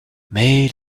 mais